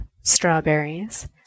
strawberries